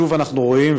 שוב אנחנו רואים,